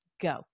go